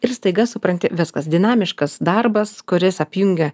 ir staiga supranti viskas dinamiškas darbas kuris apjungia